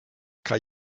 kaj